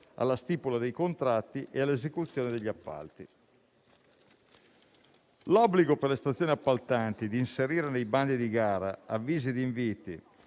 alla stipula dei contratti e all'esecuzione degli appalti. L'obbligo per le stazioni appaltanti di inserire nei bandi di gara avvisi di inviti